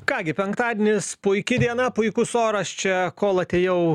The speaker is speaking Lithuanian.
ką gi penktadienis puiki diena puikus oras čia kol atėjau